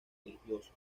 religiosos